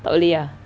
tak boleh ah